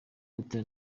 butera